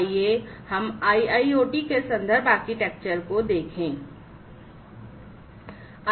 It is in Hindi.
आइए हम IIoT के reference आर्किटेक्चर को देखें